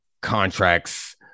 contracts